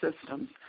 systems